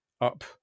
up